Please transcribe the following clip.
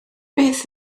beth